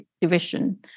division